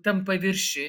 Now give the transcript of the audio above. tam paviršiuj